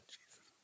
Jesus